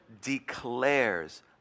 declares